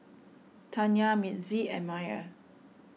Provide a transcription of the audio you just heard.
Tanya Mitzi and Myer